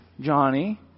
Johnny